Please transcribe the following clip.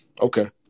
Okay